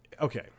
okay